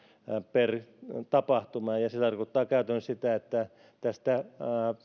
per tapahtuma ja ja se tarkoittaa käytännössä sitä että tästä